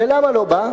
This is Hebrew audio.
ולמה לא בא?